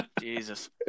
Jesus